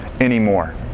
anymore